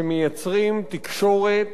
שמייצרים תקשורת,